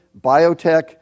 biotech